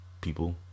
people